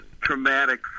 traumatic